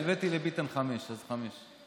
נתתי לביטן חמש, אז חמש.